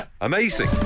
Amazing